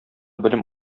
белем